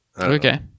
Okay